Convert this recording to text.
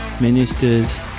ministers